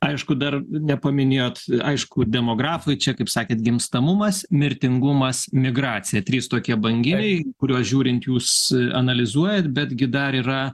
aišku dar nepaminėjot aišku demografai čia kaip sakėt gimstamumas mirtingumas migracija trys tokie banginiai kuriuos žiūrint jūs analizuojat betgi dar yra